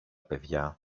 παιδιά